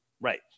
Right